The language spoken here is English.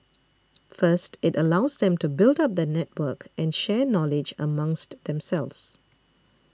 first it allows them to build up the network and share knowledge amongst themselves